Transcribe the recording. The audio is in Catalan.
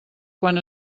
quan